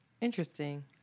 Interesting